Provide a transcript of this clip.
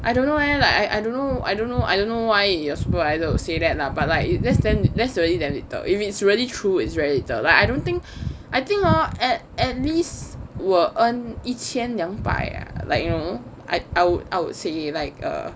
I don't know leh like I don't know I don't know I don't know why your supervisor would say that lah but like that's really damn little if it's really true it's very little like I don't think I think oh at at least will earn 一千两百 like you know I I would I would say like err